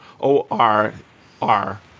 o-r-r